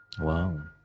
Wow